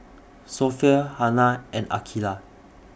Sofea Hana and Aqilah